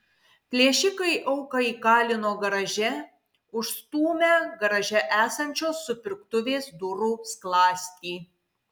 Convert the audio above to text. plėšikai auką įkalino garaže užstūmę garaže esančios supirktuvės durų skląstį